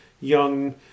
young